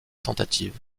tentative